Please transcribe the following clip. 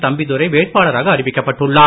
தம்பிதுரை வேட்பாளராக அறிவிக்கப்பட்டுள்ளார்